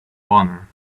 honor